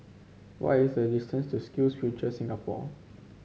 what is the distance to SkillsFuture Singapore